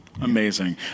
Amazing